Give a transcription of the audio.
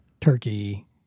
turkey